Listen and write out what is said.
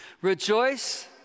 rejoice